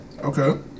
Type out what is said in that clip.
Okay